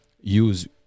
use